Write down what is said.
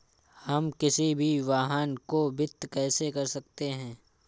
हम किसी भी वाहन को वित्त कैसे कर सकते हैं?